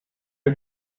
you